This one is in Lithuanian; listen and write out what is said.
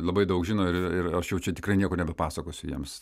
labai daug žino ir ir aš jau čia tikrai nieko nebepasakosiu jiems